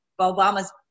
obama's